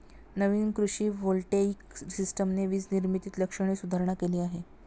नवीन कृषी व्होल्टेइक सिस्टमने वीज निर्मितीत लक्षणीय सुधारणा केली आहे